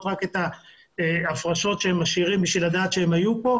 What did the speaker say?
רק את ההפרשות שהם משאירים ולדעת שהם היו כאן.